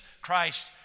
Christ